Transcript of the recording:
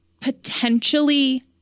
potentially